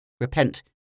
Repent